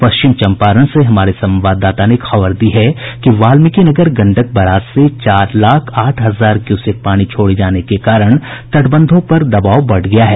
पश्चिम चम्पारण से हमारे संवाददाता ने खबर दी है कि वाल्मिकी नगर गंडक बराज से चार लाख आठ हजार क्यूसेक पानी छोड़े जाने के कारण तटबंधों पर दबाव बढ़ गया है